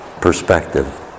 perspective